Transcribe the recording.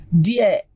Dear